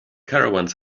caravans